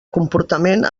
comportament